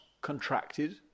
contracted